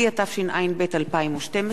התשע"ב 2012,